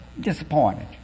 disappointed